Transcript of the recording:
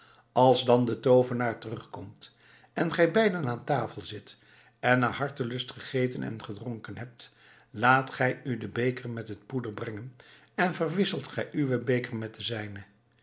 als dan de toovenaar terugkomt en gij beiden aan tafel zit en naar hartelust gegeten en gedronken hebt laat gij u den beker met het poeder brengen en verwisselt gij uwen beker met den zijnen